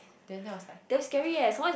then there was like